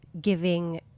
giving